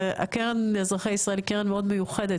הקרן לאזרחי ישראל היא קרן מאוד מיוחדת